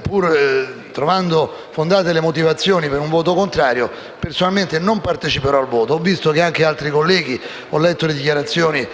pur trovando fondate le motivazioni per un voto contrario, personalmente non parteciperò al voto, come ho visto faranno anche altri colleghi; ho letto le dichiarazioni